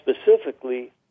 specifically